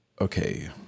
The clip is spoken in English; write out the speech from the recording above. okay